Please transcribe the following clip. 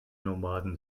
nomaden